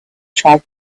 tried